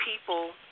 people